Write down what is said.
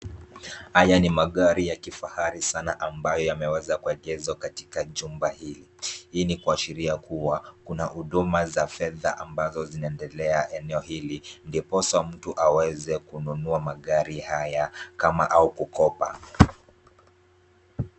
Haya ni magari ya kifahari sana ambayo yameweza kuegeshwa katika jumba hili. Hii ni kuashiria kuwa kuna huduma za fedha ambazo zinaendelea eneo hili ndiposa mtu aweze kununua magari haya kama au kukopa.